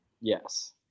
Yes